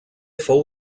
fou